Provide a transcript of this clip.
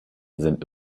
sind